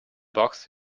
box